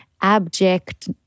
abject